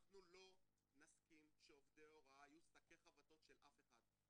אנחנו לא נסכים שעובדי הוראה יהיה שקי חבטות של אף אחד,